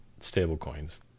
stablecoins